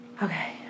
Okay